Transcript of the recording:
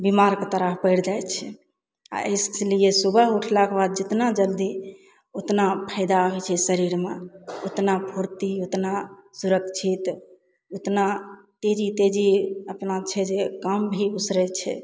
बीमारके तरह पड़ि जाइ छै आओर इसलिए सुबह उठलाके बाद जितना जल्दी उतना फायदा होइ छै शरीरमे उतना फुर्ती उतना सुरक्षित उतना तेजी तेजी अपना छै जे काम भी उसरय छै